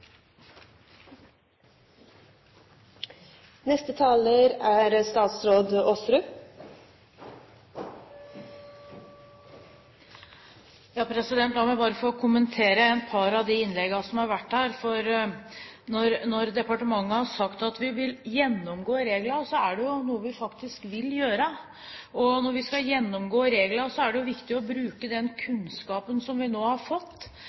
La meg bare få kommentere et par av de innleggene som har vært her. Når departementet har sagt at vi vil gjennomgå reglene, er det noe vi faktisk vil gjøre. Og når vi skal gjennomgå reglene, er det viktig å bruke den kunnskapen som vi nå har fått.